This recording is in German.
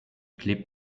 klebt